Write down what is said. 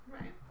Right